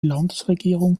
landesregierung